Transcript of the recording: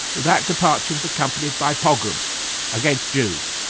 that departure was accompanied by pogroms against jews.